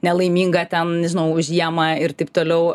nelaiminga ten nežinau žiemą ir taip toliau